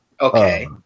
Okay